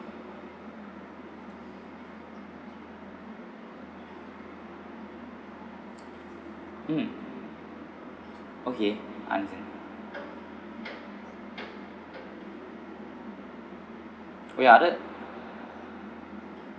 mm okay understand oh ya other